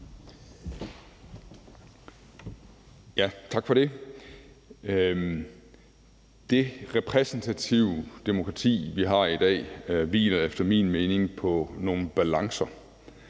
Tak for det. Det repræsentative demokrati, vi har i dag, hviler efter min mening på nogle balancer.